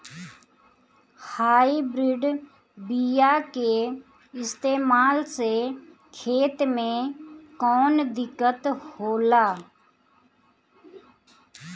Hybrid बीया के इस्तेमाल से खेत में कौन दिकत होलाऽ?